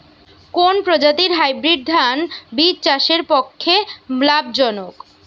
কোন প্রজাতীর হাইব্রিড ধান বীজ চাষের পক্ষে লাভজনক?